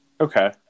Okay